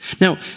Now